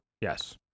Yes